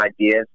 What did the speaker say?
ideas